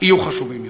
יהיו חשובים יותר?